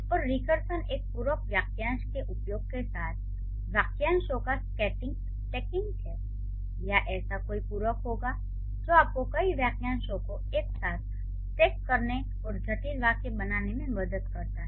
और रिकर्सन एक पूरक वाक्यांश के उपयोग के साथ वाक्यांशों का स्टैकिंग है या ऐसा कोई पूरक होगा जो आपको कई वाक्यांशों को एक साथ स्टैक करने और जटिल वाक्य बनाने में मदद करता है